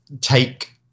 take